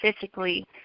physically